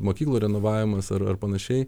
mokyklų renovavimas ar ar panašiai